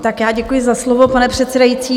Tak já děkuji za slovo, pane předsedající.